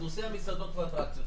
נושא המסעדות והאטרקציות.